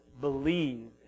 believe